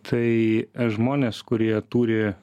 tai žmonės kurie turi